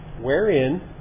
wherein